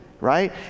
right